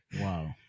Wow